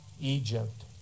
Egypt